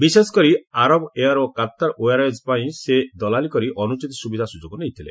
ବିଶେଷକରି Arab air ଓ Qatar airways ପାଇଁ ସେ ଦଲାଲି କରି ଅନୁଚିତ ସୁବିଧା ସୁଯୋଗ ନେଇଥିଲେ